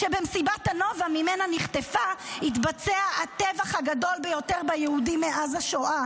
כשבמסיבת הנובה שממנה נחטפה התבצע הטבח הגדול ביותר ביהודים מאז השואה?